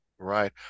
Right